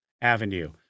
Avenue